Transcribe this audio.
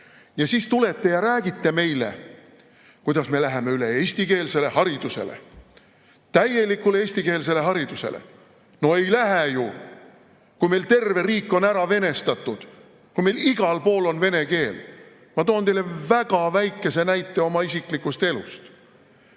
Ja siis tulete ja räägite meile, kuidas me läheme üle eestikeelsele haridusele, täielikule eestikeelsele haridusele. No ei lähe ju! Kui meil terve riik on ära venestatud, kui meil igal pool on vene keel. Ma toon teile väga väikese näite oma isiklikust elust.